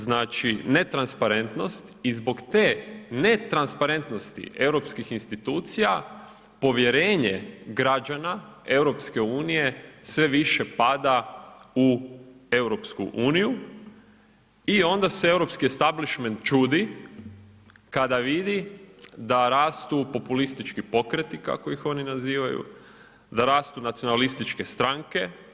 Znači netransparentnost i zbog te netransparentnosti europskih institucija povjerenje građana EU sve više pada u EU i onda se europski establishment čudi kada vidi da rastu populistički pokreti kako ih oni nazivaju, da rastu nacionalističke stranke.